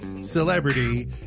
celebrity